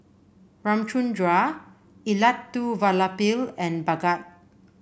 Ramchundra Elattuvalapil and Bhagat